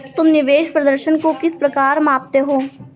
तुम निवेश प्रदर्शन को किस प्रकार मापते हो?